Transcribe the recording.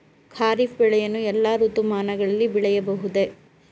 ಖಾರಿಫ್ ಬೆಳೆಯನ್ನು ಎಲ್ಲಾ ಋತುಮಾನಗಳಲ್ಲಿ ಬೆಳೆಯಬಹುದೇ?